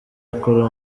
akora